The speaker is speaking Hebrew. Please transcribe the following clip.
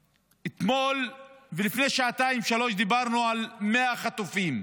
אתמול, ולפני שעתיים-שלוש, דיברנו על 100 חטופים.